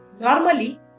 Normally